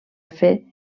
fer